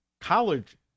college